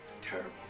Terrible